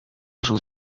ruszył